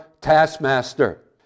taskmaster